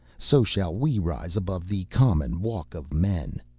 so shall we rise above the common walk of men,